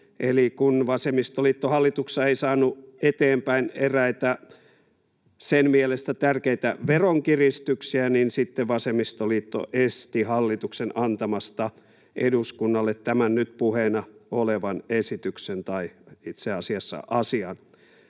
eli kun vasemmistoliitto hallituksessa ei saanut eteenpäin eräitä sen mielestä tärkeitä veronkiristyksiä, sitten vasemmistoliitto esti hallitusta antamasta eduskunnalle tämän nyt puheena olevan esityksen tai itse asiassa asian.